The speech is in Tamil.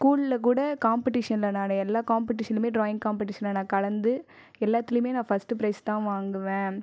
ஸ்கூலில் கூட காம்படீஷனில் நான் எல்லா காம்படீஷன்லேயுமே ட்ராயிங் காம்படீஷனில் நான் கலந்து எல்லாத்துலயுமே நான் பர்ஸ்ட் ப்ரைஸ் தான் வாங்குவேன்